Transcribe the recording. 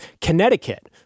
Connecticut